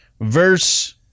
verse